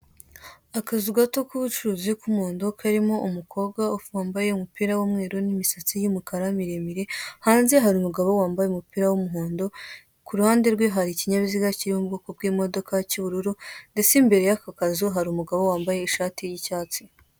Akazu gato k'ubucuruzi k'umuhondo, karimo umukobwa wambaye umupira w'umweru n'imisatsi miremire. Hanze hari umugabo wambaye umupira w'umuhondo. Ku ruhande rwe hari ikinyabiziga cyo mu bwoko bw'imodoka cy'ubururu, ndetse imbere y'ako kazi hari umugabo wambaye ishati y'icyatsi.